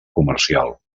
comercial